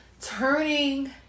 turning